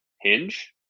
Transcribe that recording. Hinge